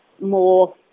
more